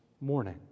morning